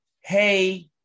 Hey